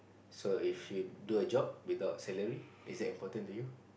so if you do a job without salary is that important to you